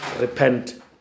repent